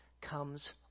comes